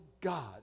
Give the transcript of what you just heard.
God